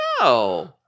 No